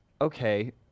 okay